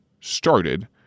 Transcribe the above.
started